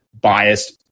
biased